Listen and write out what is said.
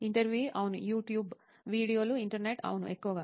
ఇంటర్వ్యూఈ అవును యూట్యూబ్ వీడియోలు ఇంటర్నెట్ అవును ఎక్కువగా